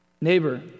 Neighbor